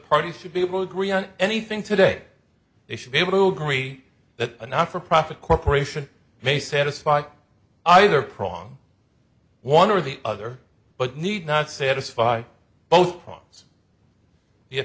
parties to be able to agree on anything today they should be able to agree that a not for profit corporation may satisfy either prong one or the other but need not satisfy both